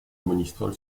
monistrol